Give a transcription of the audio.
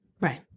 Right